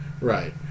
Right